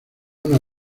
una